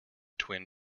twin